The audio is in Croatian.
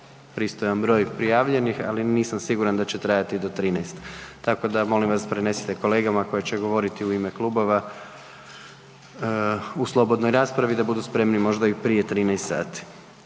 pristojan broj prijavljenih, ali nisam siguran da će trajati do 13. tako da, molim vas, prenesite kolegama koji će govoriti u ime klubova u slobodnoj raspravi, da budu spremni možda i prije 13 sati.